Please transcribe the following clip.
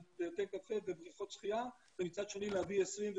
בתי קפה ובריכות שחייה ומצד שני להביא 20,000,